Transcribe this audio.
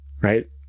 Right